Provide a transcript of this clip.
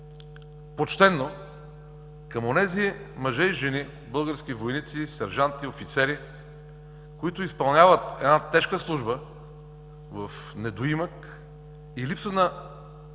почтено към онези мъже и жени – български войници, сержанти, офицери, които изпълняват тежка служба в недоимък и липса на